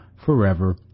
Forever